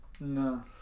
No